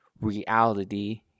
reality